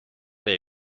der